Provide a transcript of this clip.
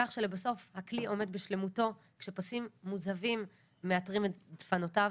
כך שלבסוף הכלי עומד בשלמותו כשפסים מוזהבים מעטרים את דפנותיו